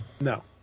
No